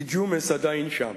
כי ג'ומס עדיין שם.